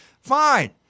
fine